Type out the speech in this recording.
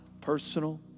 personal